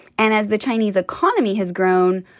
and as the chinese economy has grown,